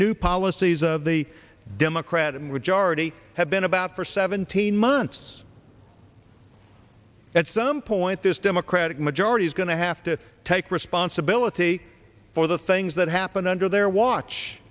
new policies of the democratic majority have been about for seventeen months at some point this democratic majority is going to have to take responsibility for the things that happened under their watch